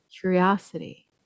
curiosity